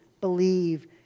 believe